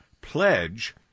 pledge